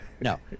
No